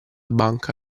banca